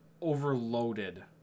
overloaded